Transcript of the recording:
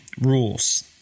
rules